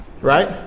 right